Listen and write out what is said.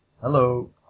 Hello